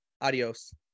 Adios